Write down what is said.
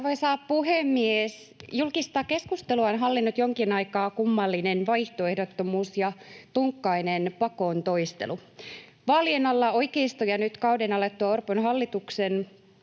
Arvoisa puhemies! Julkista keskustelua on hallinnut jonkin aikaa kummallinen vaihtoehdottomuus ja tunkkainen pakon toistelu. Vaalien alla oikeiston ja nyt kauden alettua Orpon hallituksen